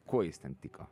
kuo jis ten tiko